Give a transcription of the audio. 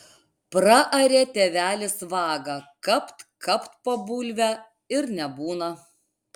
praarė tėvelis vagą kapt kapt po bulvę ir nebūna